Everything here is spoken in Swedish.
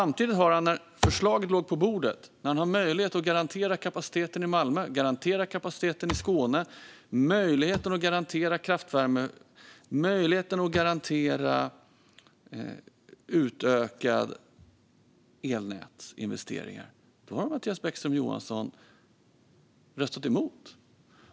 Men när förslaget har legat på bordet och han har haft möjlighet att garantera kapaciteten i Malmö, möjlighet att garantera kapaciteten i Skåne, möjlighet att garantera kraftvärme och möjlighet att garantera utökade elnätsinvesteringar, då har Mattias Bäckström Johansson röstat emot det.